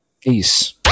Peace